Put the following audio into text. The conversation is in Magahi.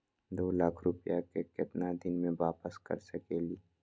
दो लाख रुपया के केतना दिन में वापस कर सकेली?